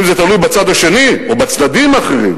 אם זה תלוי בצד השני או בצדדים האחרים,